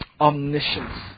omniscience